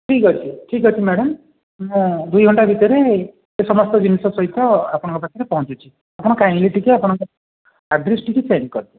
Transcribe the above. ଠିକ୍ ଅଛି ଠିକ୍ ଅଛି ମ୍ୟାଡ଼ାମ୍ ମୁଁ ଦୁଇଘଣ୍ଟା ଭିତରେ ସେ ସମସ୍ତ ଜିନିଷ ସହିତ ଆପଣଙ୍କ ପାଖରେ ପହଞ୍ଚିୁଛି ଆପଣ କାଇଣ୍ଡଲି ଟିକେ ଆପଣଙ୍କ ଆଡ଼୍ରେସ୍ ଟିକେ ସେଣ୍ଡ୍ କରିଦିଅ